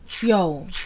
yo